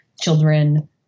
children